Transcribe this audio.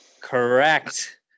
Correct